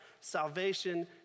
salvation